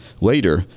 later